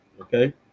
okay